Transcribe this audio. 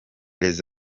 les